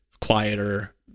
quieter